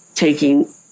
Taking